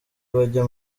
bajya